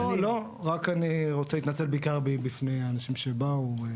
לא, אני רוצה להתנצל בעיקר בפני האנשים שבאו לכאן.